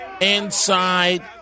inside